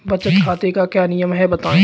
बचत खाते के क्या नियम हैं बताएँ?